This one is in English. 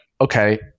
okay